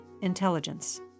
intelligence